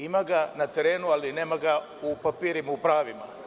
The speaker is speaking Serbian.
Ima ga na terenu ali nema ga u papirima, u pravima.